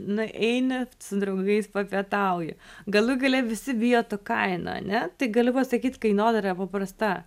nueini su draugais papietauji galų gale visi bijo tų kainų ane tai galiu pasakyt kainodara paprasta